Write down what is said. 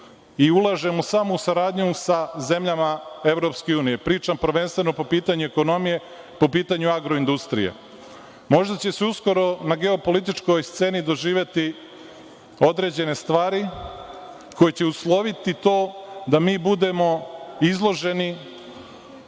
i ulažemo samo u saradnju sa zemljama EU. Pričam prvenstveno po pitanju ekonomije, po pitanju agroindustrije. Možda će se uskoro na geopolitičkoj sceni doživeti određene stvari, koje će usloviti to da mi budemo izloženi